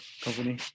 company